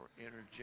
energetic